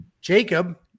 Jacob